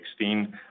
2016